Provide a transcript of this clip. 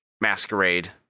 masquerade